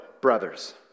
brothers